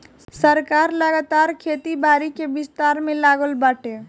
सरकार लगातार खेती बारी के विस्तार में लागल बाटे